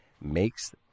makes